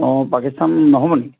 অঁ পাকিস্তান নহ'ব নি